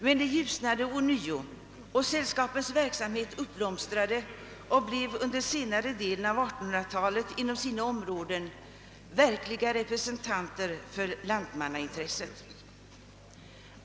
Men det ljusnade ånyo, och sällskapens verksamhet uppblomstrade och de blev under senare delen av 1800-talet inom sina områden verkliga representanter för lant mannaintresset.